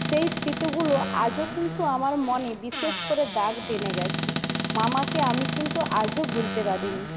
সেই স্মৃতিগুলো আজও কিন্তু আমার মনে বিশেষ করে দাগ টেনে গিয়েছে মামাকে আমি কিন্তু আজও ভুলতে পারিনি